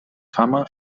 fama